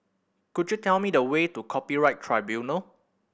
could you tell me the way to Copyright Tribunal